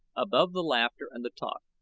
above the laughter and the talk.